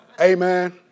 Amen